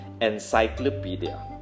encyclopedia